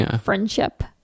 friendship